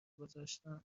گذاشتم